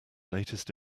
latest